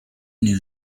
new